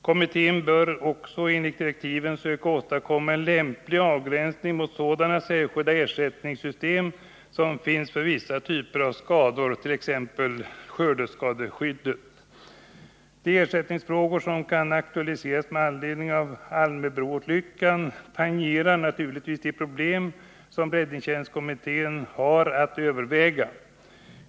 Kommittén bör ocks enligt direktiven söka åstadkomma en lämplig avgränsning mot sådana särskilda ersättningssystem som finns för vissa typer av skador, t.ex. skördeskadeskyddet. De ersättningsfrågor som kan aktualiseras med anledning av Almöbroolyckan tangerar naturligtvis de problem som räddningstjänstkommittén har att överväga.